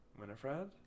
Winifred